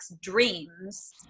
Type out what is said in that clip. dreams